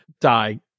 die